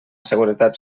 seguretat